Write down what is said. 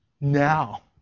now